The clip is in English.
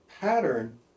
pattern